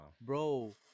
Bro